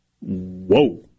whoa